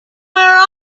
where